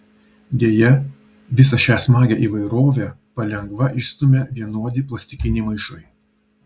deja visą šią smagią įvairovę palengva išstumia vienodi plastikiniai maišai